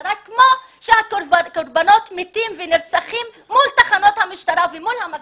המשטרה כמו שהקורבנות מתים ונרצחים מול תחנות המשטרה ומול המצלמות.